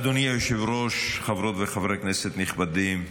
אדוני היושב-ראש, חברות וחברי כנסת נכבדים,